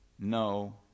No